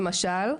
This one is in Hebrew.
למשל: